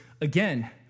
again